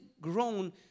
grown